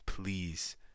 please